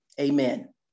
Amen